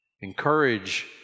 Encourage